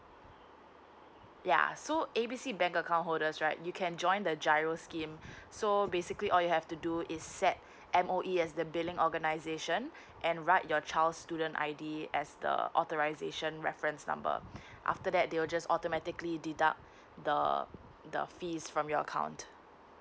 ya so A B C bank account holders right you can join the G I R O scheme so basically all you have to do is set M_O_E as the billing organisation and write your child's student I D as the authorisation reference number after that they will just automatically deduct the err the fees from your account